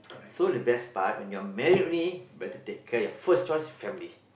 so the best part when you're married already better take care your first choice family